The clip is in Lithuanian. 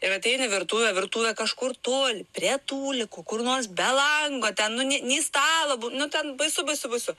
ir ateini į virtuvę virtuvė kažkur toli prie tūlikų kur nors be lango ten nu nei stalo bū nu ten baisu baisu baisu